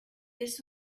this